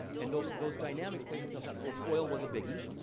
and those those dynamics played themselves out. of course, oil was a biggie,